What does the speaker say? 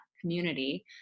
community